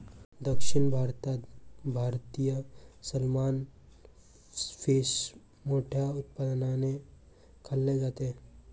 दक्षिण भारतात भारतीय सलमान फिश मोठ्या उत्साहाने खाल्ले जाते